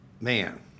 man